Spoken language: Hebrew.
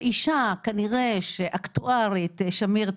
ואישה שמיר,